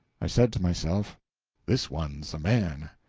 i said to myself this one's a man.